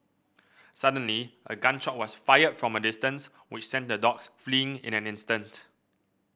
suddenly a gun shot was fired from a distance which sent the dogs fleeing in an instant